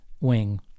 wing